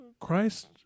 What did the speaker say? Christ